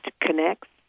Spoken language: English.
connects